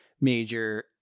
major